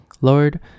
Lord